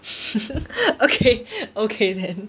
okay okay then